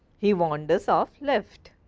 he wanders of left.